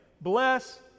bless